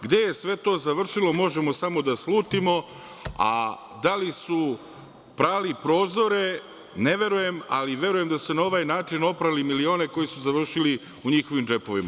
Gde je sve to završilo možemo samo da slutimo, a da li su prali prozore, ne verujem, ali verujem da su na ovaj način oprali milione koji su završili u njihovim džepovima.